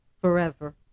forever